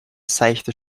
seichte